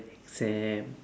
exam